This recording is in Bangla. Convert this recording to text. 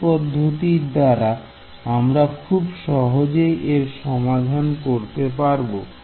এই পদ্ধতির দ্বারা আমরা খুব সহজেই এর সমাধান করতে পারব